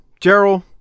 gerald